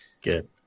Good